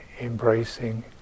embracing